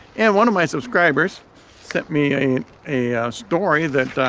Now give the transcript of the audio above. and one of my subscribers sent me i mean a story that